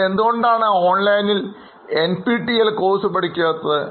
നിങ്ങൾ എന്തുകൊണ്ടാണ് ഓൺലൈനിൽ NPTEL Course പഠിക്കാത്തത്